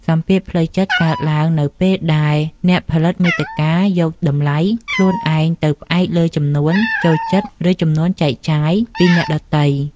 សម្ពាធផ្លូវចិត្តកើតឡើងនៅពេលដែលអ្នកផលិតមាតិកាយកតម្លៃខ្លួនឯងទៅផ្អែកលើចំនួន ចូលចិត្ត ឬចំនួន ចែកចាយ ពីអ្នកដទៃ។